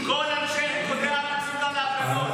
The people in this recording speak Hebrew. כל אנשי ריקודי העם יוצאים גם להפגנות.